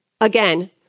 again